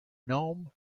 gnome